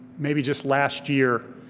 maybe just last year,